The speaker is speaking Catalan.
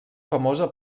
famosa